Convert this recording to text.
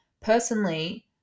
personally